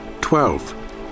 Twelve